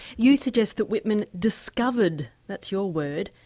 you suggest that whitman discovered, that's your word,